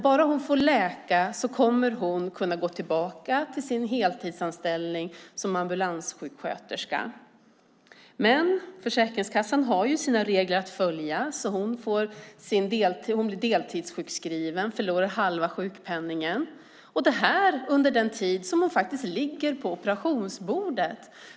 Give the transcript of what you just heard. Bara hon får läka kommer hon att kunna gå tillbaka till sin heltidsanställning som ambulanssjukvårdare. Men Försäkringskassan har sina regler att följa, så hon blir deltidssjukskriven och förlorar halva sjukpenningen - detta under den tid som hon faktiskt ligger på operationsbordet.